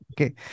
Okay